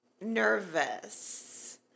nervous